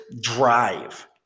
drive